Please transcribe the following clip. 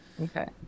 Okay